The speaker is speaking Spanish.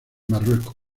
marruecos